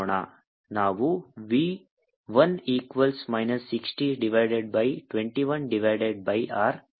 ನಾವು V 1 equals minus 60 divided by 21 divided by R plus 10